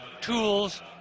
tools